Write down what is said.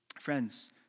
Friends